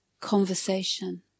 conversation